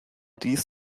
dies